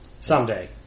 someday